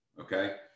Okay